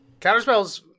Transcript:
Counterspells